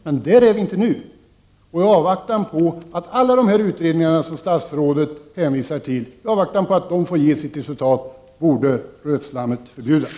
Men där är vi inte nu. I avvaktan på resultaten av alla de utredningar som statsrådet hänvisar till borde rötslammet förbjudas.